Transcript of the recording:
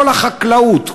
כל החקלאות,